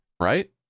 right